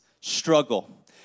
struggle